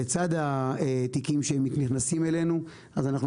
שלצד התיקים שנכנסים אלינו אז אנחנו